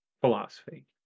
philosophy